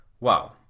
Wow